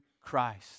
Christ